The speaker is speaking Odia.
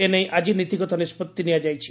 ଏନେଇ ଆକି ନୀତିଗତ ନିଷ୍ବତି ନିଆଯାଇଛି